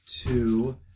Two